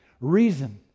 reason